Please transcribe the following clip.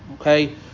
Okay